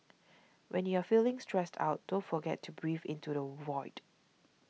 when you are feeling stressed out don't forget to breathe into the void